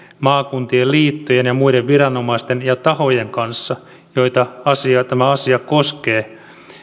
maakuntien liittojen ja muiden viranomaisten ja tahojen kanssa joita tämä asia koskee